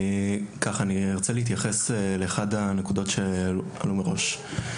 אני ארצה להתייחס לאחת הנקודות שהועלו מראש.